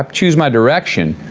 um choose my direction,